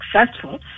successful